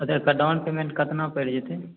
एकर down payment केतना पैड़ि जेतै